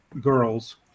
girls